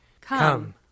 Come